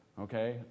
Okay